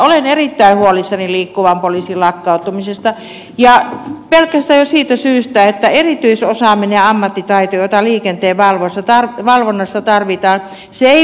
olen erittäin huolissani liikkuvan poliisin lakkauttamisesta ja pelkästään jo siitä syystä että erityisosaaminen ja ammattitaito joita liikenteenvalvonnassa tarvitaan ei viljelly